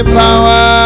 power